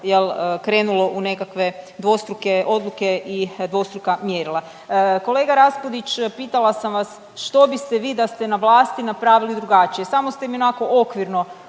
krenulo u nekakve dvostruke odluke i dvostruka mjerila. Kolega Raspudić pitala sam vas što biste vi da ste na vlasti napravili drugačije? Samo ste mi onako okvirno